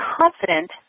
confident